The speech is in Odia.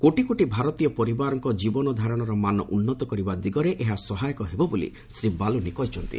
କୋଟି କୋଟି ଭାରତୀୟ ପରିବାରଙ୍କ ଜୀବନଧାରଣାର ମାନ ଉନୁତ କରିବା ଦିଗରେ ଏହା ସହାୟକ ହେବ ବୋଲି ଶ୍ରୀ ବାଲୁନି କହିଛନ୍ତି